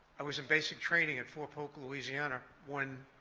i was in basic training at fort polk, louisiana when